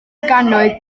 gannoedd